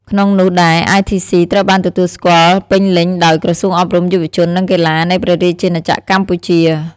ក្នុងនោះដែរITC ត្រូវបានទទួលស្គាល់ពេញលេញដោយ ក្រសួងអប់រំ យុវជន និងកីឡា នៃព្រះរាជាណាចក្រកម្ពុជា។